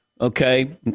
okay